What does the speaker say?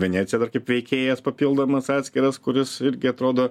venecija dar kaip veikėjas papildomas atskiras kuris irgi atrodo